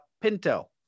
Pinto